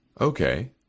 Okay